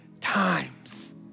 times